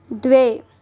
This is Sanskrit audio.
द्वे